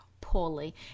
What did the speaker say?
Poorly